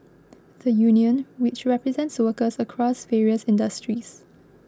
the union which represents workers across various industries